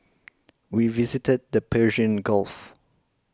we visited the Persian Gulf